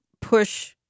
push –